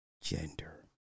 gender